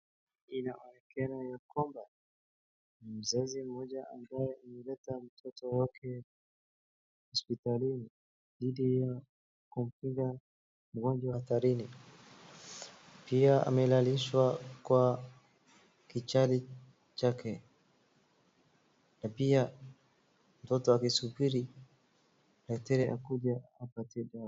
Inaonekana ya kwamba, mzazi mmoja ambaye ameleta mtoto wake hospitalini, dhidi ya kumpiga mgonjwa hatarini. Pia amelalishwa kwa kichali chake na pia mtoto akisubiri daktari akuje ampatie dawa.